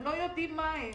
הם לא יודעים מה הם,